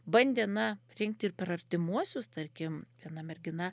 bandė na rinkti ir per artimuosius tarkim viena mergina